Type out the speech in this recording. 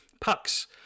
Pucks